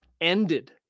ended